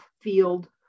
field